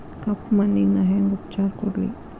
ಕಪ್ಪ ಮಣ್ಣಿಗ ನಾ ಹೆಂಗ್ ಉಪಚಾರ ಕೊಡ್ಲಿ?